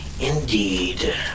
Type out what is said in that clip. Indeed